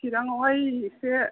चिरांआवहाय एसे